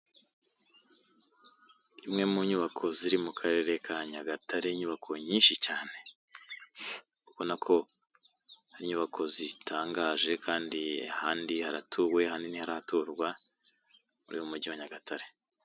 Imwe mu nyubako ziri mu Karere ka Nyagatare inyubako nyinshi cyane ubona ko ari inyubako zitangaje kandi ahandi haratuwe ahandi ntiharaturwa muri uyu mujyi wa Nyagatare.